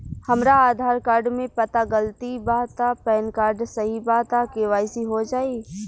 हमरा आधार कार्ड मे पता गलती बा त पैन कार्ड सही बा त के.वाइ.सी हो जायी?